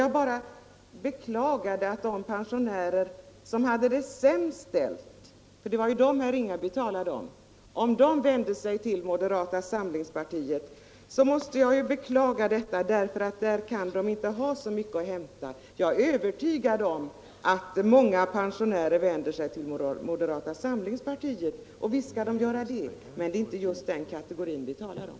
Jag bara beklagade att om de pensionärer som har det sämst ställt — för det var ju dem herr Ringaby talade om — vände sig till moderata samlingspartiet så kunde de inte ha så mycket att hämta där. Jag är övertygad om att många pensionärer vänder sig till moderata samlingspartiet, men det är inte just den kategori vi här talar om.